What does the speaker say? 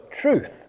truth